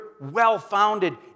well-founded